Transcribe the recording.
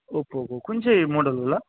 ओप्पोको कुन चाहिँ मोडल होला